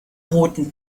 roten